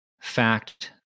fact